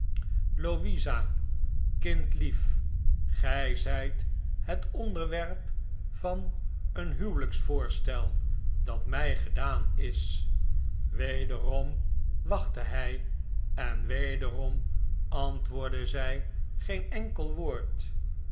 louisa kindlief gij zijt het onderwerp van een huwelijksvoorstel dat mij gedaan is wederom wachtte hij en wederom antwoordde zij geen enkel woord